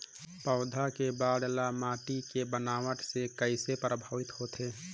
पौधा के बाढ़ ल माटी के बनावट से किसे प्रभावित होथे?